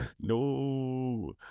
No